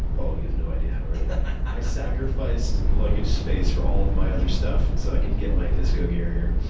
oh, you have no idea how ready i am. i sacrificed luggage space for all my other stuff so i could get my disco gear here.